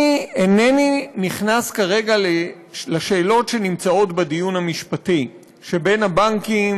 אני אינני נכנס כרגע לשאלות שנמצאות בדיון המשפטי שבין הבנקים